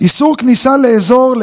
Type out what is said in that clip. איסור כניסה לאזור,